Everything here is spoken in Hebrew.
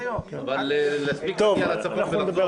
הישיבה ננעלה